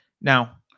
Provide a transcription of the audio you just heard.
Now